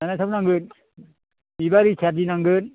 जानाय थाव नांगोन बिबार इथा दि नांगोन